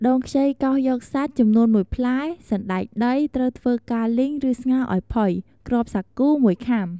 ដូងខ្ចីកោសយកសាច់ ចំនួន ១ ផ្លែ, សណ្ដែកដី ត្រូវធ្វើការលីង ឬស្ងោរឱ្យផុយ, គ្រាប់សាគូ ១ ខាំ ។